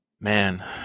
man